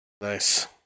Nice